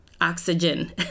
oxygen